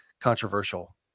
controversial